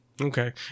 okay